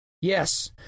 Yes